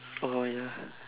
oh ya